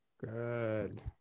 Good